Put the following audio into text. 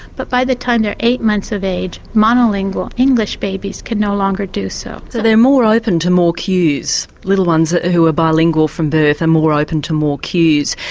but by the time they're eight months of age monolingual english babies can no longer do so. so they're more open to more cues, little ones who are bilingual from birth are more open to more cues.